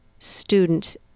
student